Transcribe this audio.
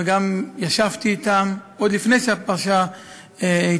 וגם ישבתי אתם עוד לפני שהפרשה התפרסמה,